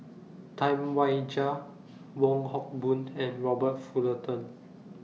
Tam Wai Jia Wong Hock Boon and Robert Fullerton